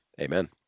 Amen